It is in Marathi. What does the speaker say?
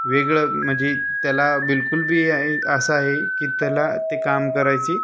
वेगळं म्हणजे त्याला बिलकुल बी हे आहे असं आहे की त्याला ते काम करायची